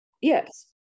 Yes